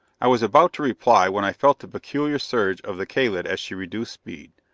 i was about to reply, when i felt the peculiar surge of the kalid as she reduced speed.